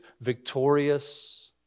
victorious